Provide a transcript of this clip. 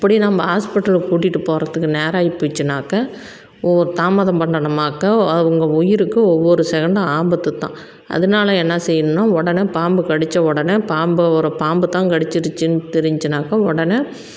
அப்படி நம்ப ஹாஸ்பிட்டலுக்கு கூட்டிகிட்டு போகறதுக்கு நேர ஆயி போயிடுச்சின்னாக்க ஓஹ் தாமதம் பண்ணணுமாக்க அவங்க உயிருக்கு ஒவ்வொரு செகண்டும் ஆபத்து தான் அதனால என்ன செய்யணுன்னா உடனே பாம்பு கடித்த உடனே பாம்பை ஒரு பாம்பு தான் கடிச்சிடிச்சின்னு தெரிஞ்சன்னாக்க உடனே